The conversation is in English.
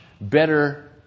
better